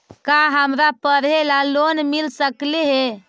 का हमरा पढ़े ल लोन मिल सकले हे?